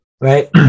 Right